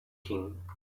king